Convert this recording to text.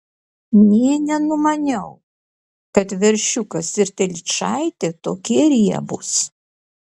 nė nenumaniau kad veršiukas ir telyčaitė tokie riebūs